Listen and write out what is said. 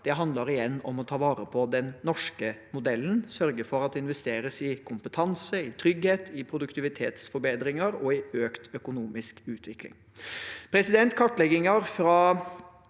Det handler igjen om å ta vare på den norske modellen, om å sørge for at det investeres i kompetanse, i trygghet, i produktivitetsforbedringer og i økt økonomisk utvikling.